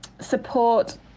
support